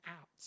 out